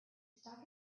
stuck